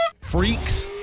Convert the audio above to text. Freaks